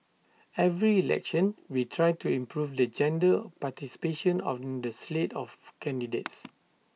every election we try to improve the gender participation on the slate of candidates